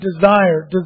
desire